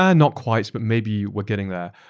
ah not quite but maybe we're getting there.